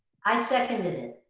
i seconded it.